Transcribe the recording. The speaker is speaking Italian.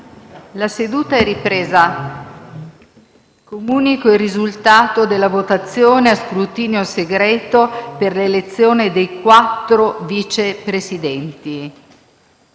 dei senatori Segretari. Comunico il risultato della votazione a scrutinio segreto per l’elezione dei quattro Vice Presidenti: